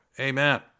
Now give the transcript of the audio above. Amen